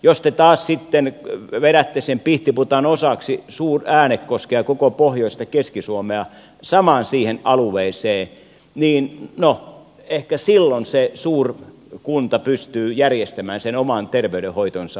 jos te taas sitten vedätte sen pihtiputaan osaksi suur äänekoskea koko pohjoista keski suomea siihen samaan alueeseen niin ehkä silloin se suurkunta pystyy järjestämään sen oman terveydenhoitonsa